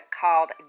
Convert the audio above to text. called